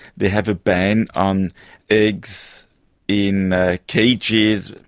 they have a ban on eggs in cages,